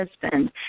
husband